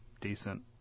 decent